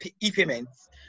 e-payments